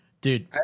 Dude